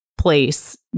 place